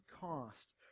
cost